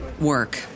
work